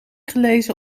gelezen